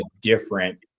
different